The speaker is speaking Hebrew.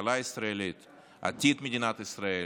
הכלכלה הישראלית,